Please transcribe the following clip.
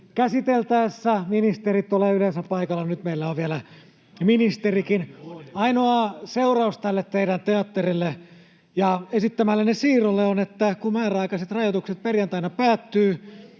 käsiteltäessä ministerit ole yleensä paikalla. No, nyt meillä on vielä ministerikin. Ainoa seuraus tälle teidän teatterillenne ja esittämällenne siirrolle olisi, että kun määräaikaiset rajoitukset perjantaina päättyvät,